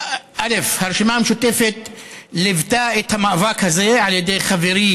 הרשימה המשותפת ליוותה את המאבק הזה על ידי חברי